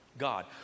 God